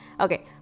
Okay